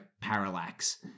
Parallax